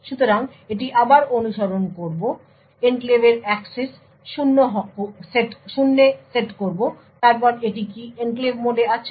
সুতরাং এটি আবার অনুসরণ করব এনক্লেভের অ্যাক্সেস শূন্যে সেট করব তারপর এটি কি এনক্লেভ মোডে আছে